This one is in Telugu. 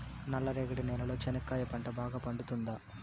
నల్ల రేగడి నేలలో చెనక్కాయ పంట బాగా పండుతుందా?